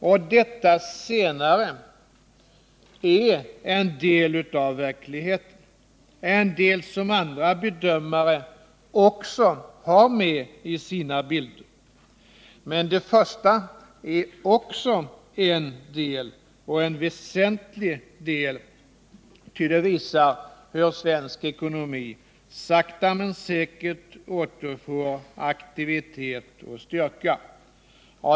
Och detta senare är en del av verkligheten, en del som andra bedömare också har med i sina bilder, men det första är också en del, en väsentlig del, ty det visar hur svensk ekonomi sakta men säkert återfår aktivitet och styrka.